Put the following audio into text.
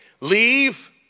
leave